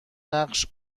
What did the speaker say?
نقش